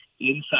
inside